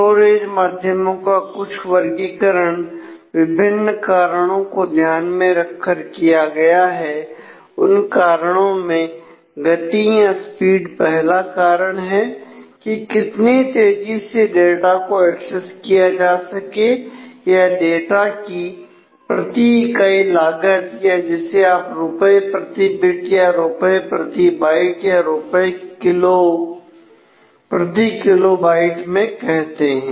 storage माध्यमों का कुछ वर्गीकरण विभिन्न कारणों को ध्यान में रखकर किया गया है उन कारणों में गति या स्पीड पहला कारण है की कितनी तेजी से डाटा को एक्सेस किया जा सके या डाटा की प्रति इकाई लागत या जिसे आप रुपए प्रति बिट या रुपए प्रति बाइट या रुपए प्रति किलो बाइट में कहते हैं